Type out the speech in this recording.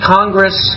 Congress